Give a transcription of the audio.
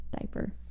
Diaper